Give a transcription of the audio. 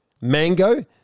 mango